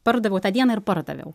pardaviau tą dieną ir pardaviau